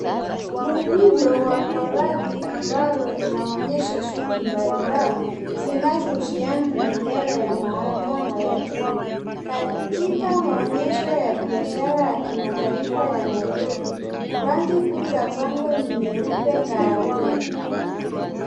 Muhundo wa koragi ambalo lonaonyesha shuguli mbalimbali zinazohusiana na idhara ya mahakama ya Kenya. Katika maonyesho ya biashara ya kimataifa ya Nairobi, rangi kuu ya pango ni nyeupe, kahawia .